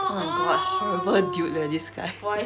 oh my god horrible dude leh this guy